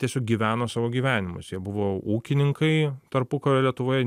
tiesiog gyveno savo gyvenimus jie buvo ūkininkai tarpukario lietuvoje